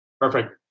Perfect